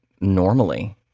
normally